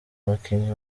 abakinyi